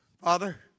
Father